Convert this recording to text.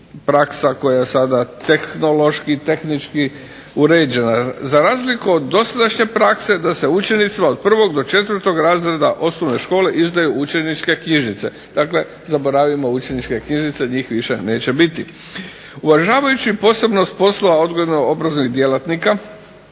praksa koja je sada tehnološki i tehnički uređena, za razliku od dosadašnje prakse da se učenicima od 1. do 4. razreda osnovne škole izdaju učeničke knjižice. Dakle, zaboravimo učeničke knjižice, njih više neće biti. Uvažavajući posebnost poslova odgojno-obrazovnih djelatnika